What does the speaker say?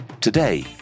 Today